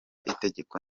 itegeko